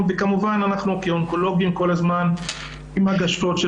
וכמובן אנחנו כאונקולוגיים כל הזמן עם הגשות של